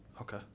Okay